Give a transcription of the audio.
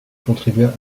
contribua